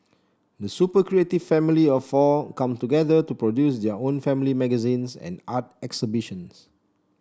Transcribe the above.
the super creative family of four come together to produce their own family magazines and art exhibitions